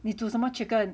你煮什么 chicken